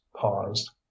paused